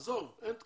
עזוב, אין תקורות,